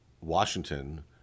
Washington